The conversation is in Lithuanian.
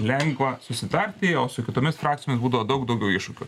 lengva susitarti o su kitomis frakcijomis būdavo daug daugiau iššūkių